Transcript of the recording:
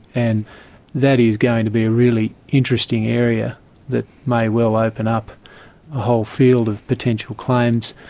and that is going to be a really interesting area that may well open up a whole field of potential claims.